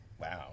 Wow